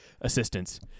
assistance